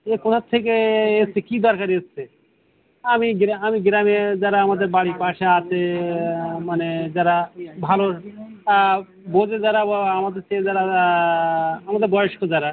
এ কোথা থেকে এসেছে কী দরকারে এসেছে আমি গ্রা আমি গ্রামে যারা আমাদের বাড়ির পাশে আছে মানে যারা ভালো বোঝে যারা বা আমাদের থেকে যারা আমাদের বয়স্ক যারা